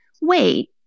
wait